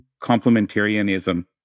Complementarianism